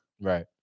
Right